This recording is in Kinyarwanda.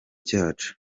cyacu